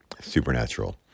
supernatural